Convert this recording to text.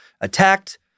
Attacked